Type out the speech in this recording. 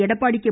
Edappadi K